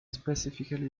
specifically